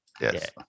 Yes